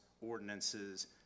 ordinances